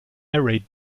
array